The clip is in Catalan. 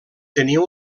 tenia